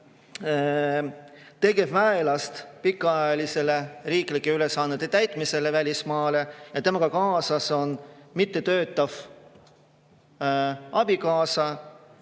tegevväelane pikaajalisele riiklike ülesannete täitmisele välismaale ja temaga kaasas on mittetöötav abikaasa,